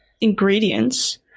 ingredients